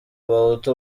abahutu